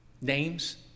names